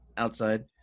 outside